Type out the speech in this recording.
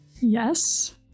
Yes